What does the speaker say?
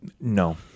No